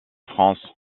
france